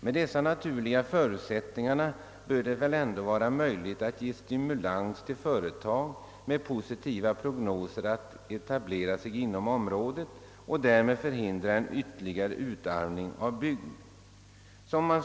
Med dessa naturliga förutsättningar bör det väl ändå vara möjligt att ge stimulans till företag med positiva prognoser att etablera sig inom området och därmed förhindra en ytterligare utarmning av bygden.